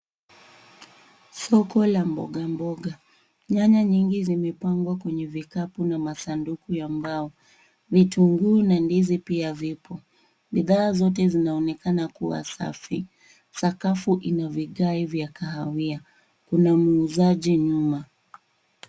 Soko la mboga mboga. Nyanya nyingi zimepangwa kwenye vikapu na masanduku ya mbao. Vitunguu na ndizi pia vipo. Bidhaa zote zinaonekana kuwa safi. Sakafu ina vigae vya kahawia. Kuna muuzaji nyuma.